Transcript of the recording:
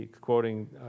quoting